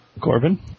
Corbin